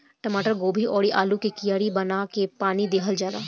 टमाटर, गोभी अउरी आलू के कियारी बना के पानी दिहल जाला